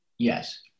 Yes